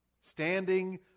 Standing